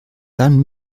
dann